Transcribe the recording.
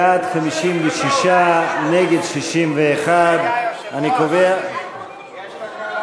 בעד, 56, נגד, 61. אני קובע, רגע,